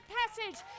passage